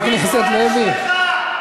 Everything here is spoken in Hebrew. תתבייש לך.